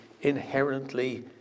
inherently